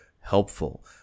helpful